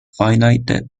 finite